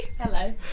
Hello